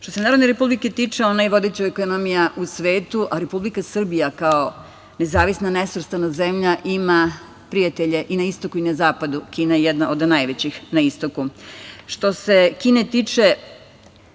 se Narodne Republike tiče, ona je vodeća ekonomija u svetu, a Republika Srbija, kao nezavisna i nesvrstana zemlja, ima prijatelje i na istoku i na zapadu. Kina je jedna od najvećih na istoku. Što se Kine tiče,